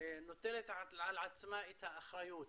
נוטלים על עצמנו את האחריות